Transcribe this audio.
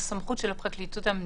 זו סמכות של פרקליטות המדינה.